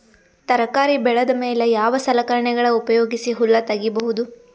ತರಕಾರಿ ಬೆಳದ ಮೇಲೆ ಯಾವ ಸಲಕರಣೆಗಳ ಉಪಯೋಗಿಸಿ ಹುಲ್ಲ ತಗಿಬಹುದು?